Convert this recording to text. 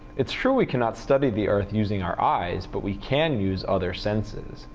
it's true we cannot study the earth using our eyes. but we can use other senses.